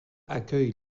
accueille